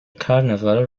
carnival